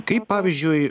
kaip pavyzdžiui